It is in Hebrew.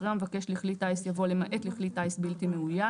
אחרי "המבקש לכלי טיס" יבוא "למעט לכלי טיס בלתי מאויש".